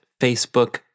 Facebook